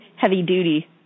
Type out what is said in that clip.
heavy-duty